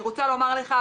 אני רוצה לומר לך,